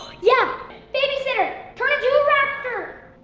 yeah babysitter turn into a raptor!